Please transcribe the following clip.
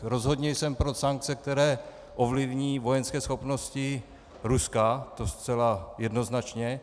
Rozhodně jsem pro sankce, které ovlivní vojenské schopnosti Ruska, to zcela jednoznačně.